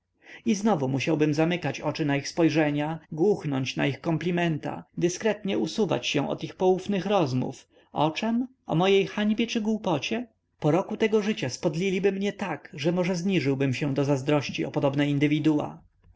i znowu musiałbym zamykać oczy na ich spojrzenia głuchnąć na ich komplimenta dyskretnie usuwać się od ich poufnych rozmów o czem o mojej hańbie czy głupocie po roku tego życia spodliliby mnie tak że może zniżyłbym się do zazdrości o podobne indywidua